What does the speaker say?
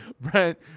Brent